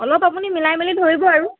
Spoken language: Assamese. অলপ আপুনি মিলাই মিলি ধৰিব আৰু